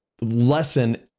lesson